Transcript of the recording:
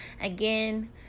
Again